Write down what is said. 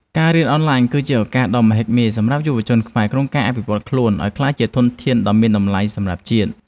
ការរៀនអនឡាញ គឺជាឱកាសដ៏មហិមាសម្រាប់យុវជនខ្មែរក្នុងការអភិវឌ្ឍន៍ខ្លួនឱ្យក្លាយជាធនធានដ៏មានតម្លៃសម្រាប់ជាតិ។